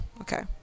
okay